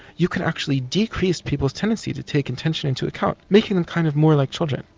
you can actually decrease people's tendency to take intention into account making them kind of more like children.